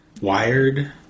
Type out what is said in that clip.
wired